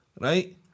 right